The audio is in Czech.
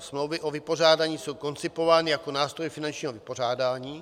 Smlouvy o vypořádání jsou koncipovány jako nástroj finančního vypořádání.